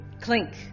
Clink